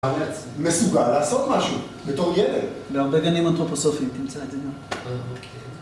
מסוגל לעסוק משהו בתור ידע בהרבה גנים אנתרופוסופיים תמצא את זה